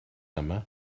yma